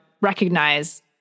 recognize